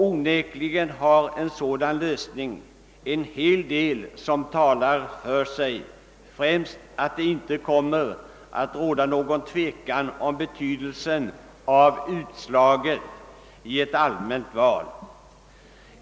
Onekligen har en sådan lösning en hel del som talar för sig, främst att det inte kommer att råda någon tvekan om betydelsen av utslaget vid ett allmänt val.